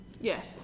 Yes